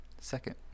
second